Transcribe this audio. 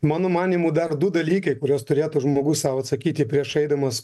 mano manymu dar du dalykai į kuriuos turėtų žmogus sau atsakyti prieš eidamas